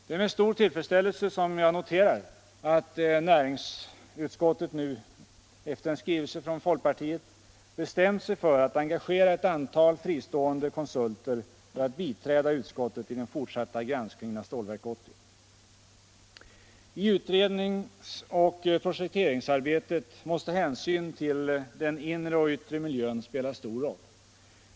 Det är med stor tillfredsställelse som jag noterar att näringsutskottet nu — efter en skrivelse från folkpartiet — bestämt sig för att engagera ett antal fristående konsulter för att biträda utskottet i den fortsatta granskningen av Stålverk 80. I utredningsoch projekteringsarbetet måste hänsynen till den inre och yttre miljön spela stor roll.